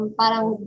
parang